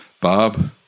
Bob